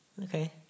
Okay